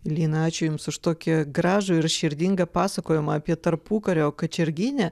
lina ačiū jums už tokį gražų ir širdingą pasakojimą apie tarpukario kačerginę